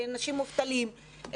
אנשים מובטלים,